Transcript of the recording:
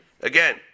again